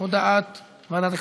הצעת ועדת הכספים.